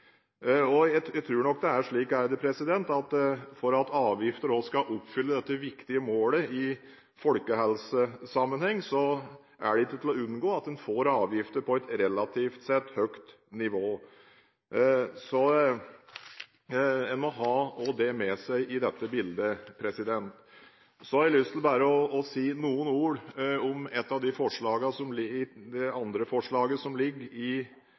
Jeg tror nok det er slik at for at avgifter også skal oppfylle dette viktige målet i folkehelsesammenheng, er det ikke til å unngå at en får avgifter på et relativt sett høyt nivå. En må ha det med seg i dette bildet. Så har jeg lyst til bare å si noen ord om det andre forslaget som foreligger i saken, nemlig et forslag om en forsøksordning med å ha butikker åpne på søndager. Nå er ikke jeg ansvarlig for det saksfeltet i